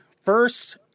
first